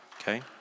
okay